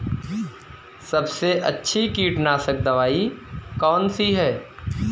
सबसे अच्छी कीटनाशक दवाई कौन सी है?